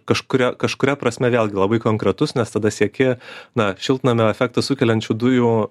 kažkuria kažkuria prasme vėlgi labai konkretus nes tada sieki na šiltnamio efektą sukeliančių dujų